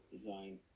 design